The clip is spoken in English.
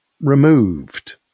removed